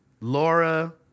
Laura